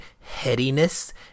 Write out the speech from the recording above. headiness